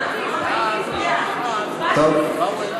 נרשמתי.